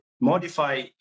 modify